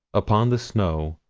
upon the snow,